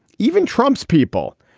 even trump's people.